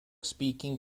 speaking